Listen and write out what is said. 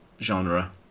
genre